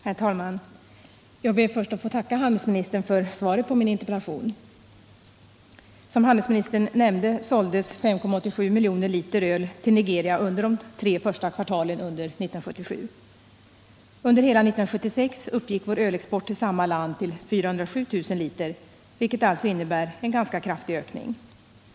Herr talman! Jag ber först att få tacka handelsministern för svaret på min interpellation. Som handelsministern nämnde såldes 5,87 miljoner liter öl till Nigeria de tre första kvartalen under 1977. Under hela 1976 uppgick vår ölexport till samma land till 407 000 liter. Siffrorna innebär en ganska kraftig ökning 1977.